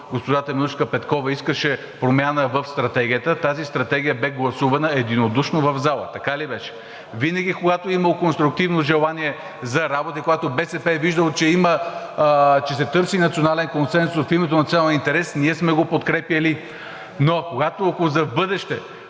госпожа Теменужка Петкова искаше промяна в Стратегията, тази стратегия бе гласувана единодушно в залата. Така ли беше? Винаги, когато е имало конструктивно желание за работа и когато БСП е виждала, че се търси национален консенсус, в името на националния интерес ние сме го подкрепяли. Но в бъдеще